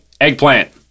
Eggplant